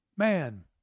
Man